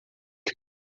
que